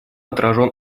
отражен